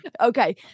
Okay